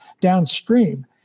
downstream